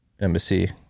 embassy